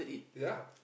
ya